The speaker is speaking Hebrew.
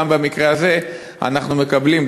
גם במקרה הזה אנחנו מקבלים,